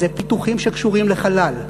זה פיתוחים שקשורים לחלל,